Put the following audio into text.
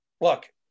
Look